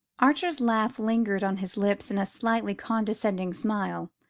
archer's laugh lingered on his lips in a slightly condescending smile.